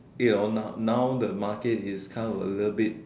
here and all now now the market is come a little bit